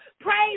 Praise